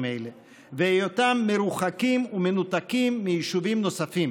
אלה והיותם מרוחקים ומנותקים מיישובים נוספים,